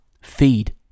feed